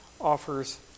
offers